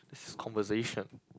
this conversation